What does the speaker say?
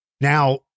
Now